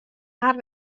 har